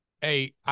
Hey